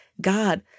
God